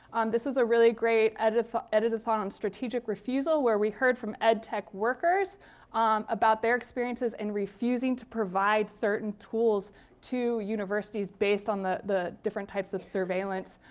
this was a really great editathon editathon on strategic refusal, where we heard from ed tech workers about their experiences in refusing to provide certain tools to universities, based on the the different types of surveillance